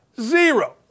Zero